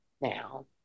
now